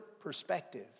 perspective